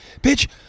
bitch